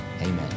Amen